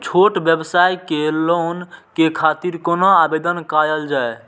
छोट व्यवसाय के लोन के खातिर कोना आवेदन कायल जाय?